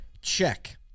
check